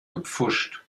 gepfuscht